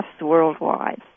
worldwide